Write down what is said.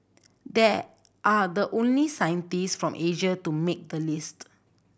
they are the only scientist from Asia to make the list